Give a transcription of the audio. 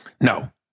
No